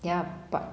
ya but